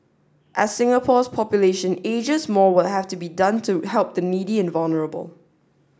as Singapore's population ages more will have to be done to help the needy and vulnerable